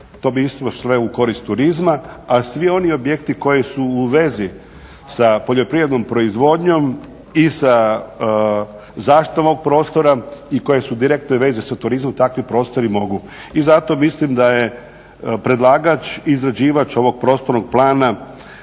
to bi išlo sve u korist turizma. A svi oni objekti koji su u vezi sa poljoprivrednom proizvodnjom i sa zaštitom ovog prostora i koje su u direktnoj vezi sa turizmom takvi prostori mogu. I zato mislim da je predlagač, izrađivač ovog prostornog plana